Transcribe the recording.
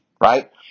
right